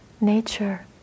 nature